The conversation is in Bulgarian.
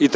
си.